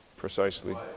Precisely